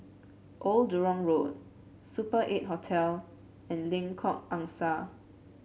Old Jurong Road Super Eight Hotel and Lengkok Angsa